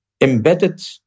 embedded